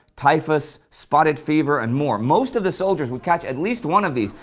typhus, spotted fever, and more. most of the soldiers would catch at least one of these,